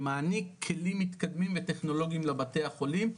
שמעניק כלים מתקדמים וטכנולוגיים לבתי החולים.